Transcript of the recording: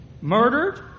murdered